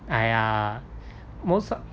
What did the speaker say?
!aiya! mos~